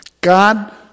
God